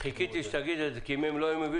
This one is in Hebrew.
חיכיתי שתגיד את זה כי אם הם לא היו מבינים